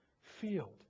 field